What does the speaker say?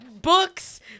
books